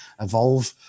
evolve